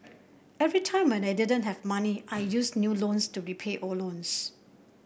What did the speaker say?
every time when I didn't have money I used new loans to repay old loans